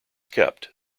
kept